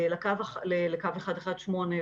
לקו 118,